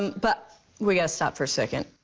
but we gotta stop for a second.